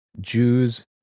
Jews